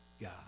God